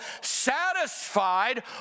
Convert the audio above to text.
satisfied